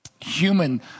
human